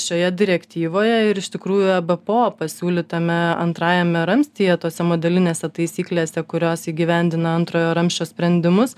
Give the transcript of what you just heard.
šioje direktyvoje ir iš tikrųjų ebpo pasiūlytame antrajame ramstyje tose modelinėse taisyklėse kurios įgyvendina antrojo ramsčio sprendimus